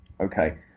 okay